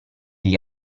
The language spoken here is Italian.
gli